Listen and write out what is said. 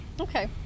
Okay